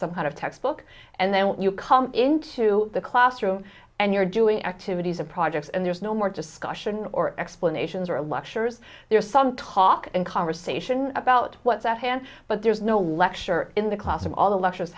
some kind of textbook and then when you come into the classroom and you're doing activities a project and there's no more discussion or explanations or a lecture is there some talk and conversation about what's at hand but there's no lecture in the class and all the lectures